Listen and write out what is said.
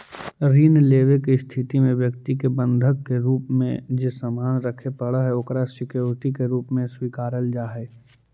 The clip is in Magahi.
ऋण लेवे के स्थिति में व्यक्ति के बंधक के रूप में जे सामान रखे पड़ऽ हइ ओकरा सिक्योरिटी के रूप में स्वीकारल जा हइ